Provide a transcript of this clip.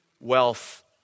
wealth